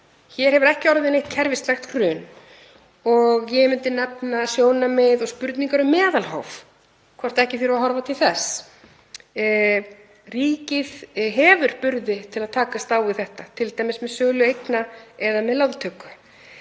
hér hefur ekki orðið neitt kerfislægt hrun. Ég myndi nefna sjónarmið og spurningar um meðalhóf, hvort ekki þurfi að horfa til þess. Ríkið hefur burði til að takast á við þetta, t.d. með sölu eigna eða með lántöku.